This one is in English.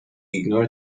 ignore